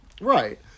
Right